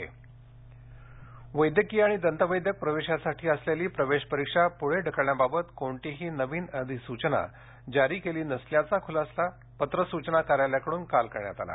नीट update वैद्यकीय आणि दंतवैदक प्रवेशासाठी असलेली प्रवेशपरीक्षा पुढे ढकलण्याबाबत कोणतीही नवीन अधिसूचना जारी केली नसल्याचा खुलासा पत्र सुचना कार्यालयाकडून काल करण्यात आला